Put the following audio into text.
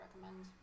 recommend